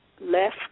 left